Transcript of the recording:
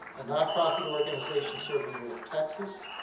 a nonprofit organization serving north texas.